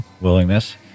Willingness